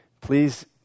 Please